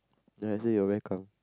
then I said you are welcome